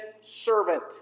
servant